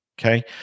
Okay